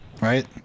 Right